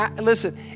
listen